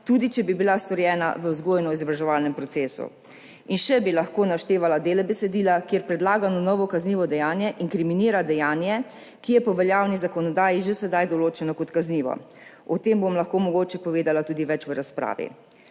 tudi če bi bila storjena v vzgojno-izobraževalnem procesu. In še bi lahko naštevala dele besedila, kjer predlagano novo kaznivo dejanje inkriminira dejanje, ki je po veljavni zakonodaji že sedaj določeno kot kaznivo. O tem bom lahko mogoče povedala tudi več v razpravi.